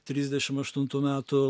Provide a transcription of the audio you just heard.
trisdešim aštuntų metų